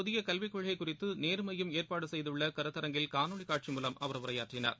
புதிய கல்விக் கொள்கை குறித்து நேரு மையம் ஏற்பாடு செய்துள்ள கருத்தரங்கில் காணொலி காட்சி மூலம் அவர் உரையாற்றினார்